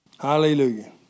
Hallelujah